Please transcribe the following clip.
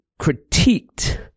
critiqued